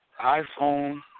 iPhone